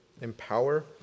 empower